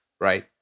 right